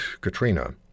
Katrina